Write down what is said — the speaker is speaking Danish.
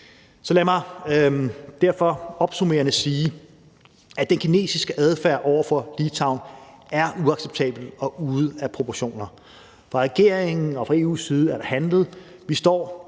Så lad mig derfor opsummerende sige, at den kinesiske adfærd over for Litauen er uacceptabel og ude af proportioner, fra regeringen og fra EU's side er der handlet,